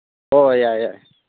ꯍꯣꯏ ꯌꯥꯔꯦ ꯌꯥꯔꯦ